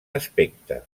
aspecte